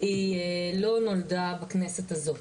לא נולדה בכנסת הזאת.